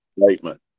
statement